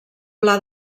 pla